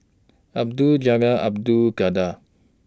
Abdul Jalil Abdul Kadir